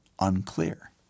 unclear